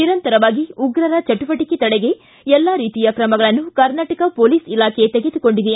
ನಿರಂತರವಾಗಿ ಉಗ್ರರ ಚಟುವಟಿಕೆ ತಡೆಗೆ ಎಲ್ಲಾ ರೀತಿಯ ತ್ರಮಗಳನ್ನು ಕರ್ನಾಟಕ ಕೊಲೀಸ್ ಇಲಾಖೆ ತೆಗೆದುಕೊಂಡಿದೆ